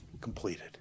completed